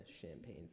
Champagne